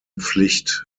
pflicht